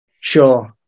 sure